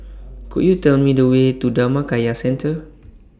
Could YOU Tell Me The Way to Dhammakaya Centre